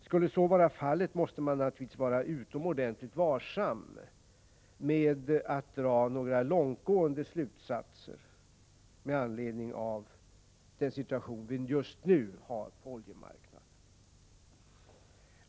Skulle så vara fallet måste man naturligtvis vara utomordentligt varsam med att dra några långtgående slutsatser med anledning av den situation vi just nu har på oljemarknaden.